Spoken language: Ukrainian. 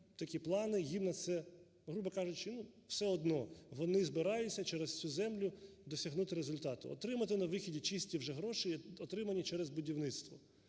такі плани, їм на це, грубо кажучи, все одно, вони збираються через цю землю досягнути результату, отримати на виході вже "чисті гроші", отримані через будівництво.